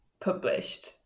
published